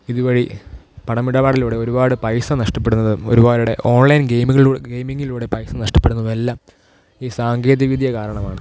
ഇത് വഴി പണമിടപാടിലൂടെ ഒരുപാട് പൈസ നഷ്ടപ്പെടുന്നതും ഒരുപാട് പേരുടെ ഓൺലൈൻ ഗെയിമുകൾ ഗെയിമിങ്ങിലൂടെ പൈസ നഷ്ടപ്പെടുന്നതും എല്ലാം ഈ സാങ്കേതികവിദ്യ കാരണമാണ്